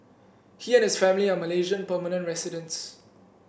he and his family are Malaysian permanent residents